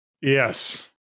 Yes